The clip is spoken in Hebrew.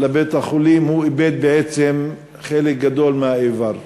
לבית-החולים הוא איבד בעצם חלק גדול מהאיבר.